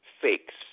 fakes